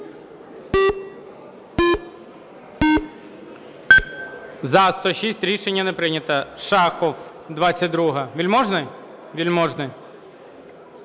За-106 Рішення не прийнято. Шахов, 22-а. Вельможний? Вельможний.